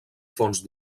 fons